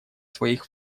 своих